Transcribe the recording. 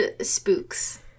spooks